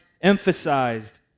emphasized